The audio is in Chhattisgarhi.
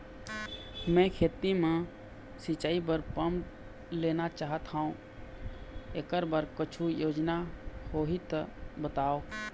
मैं खेती म सिचाई बर पंप लेना चाहत हाव, एकर बर कुछू योजना होही त बताव?